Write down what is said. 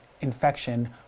infection